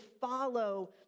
follow